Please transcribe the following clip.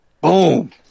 Boom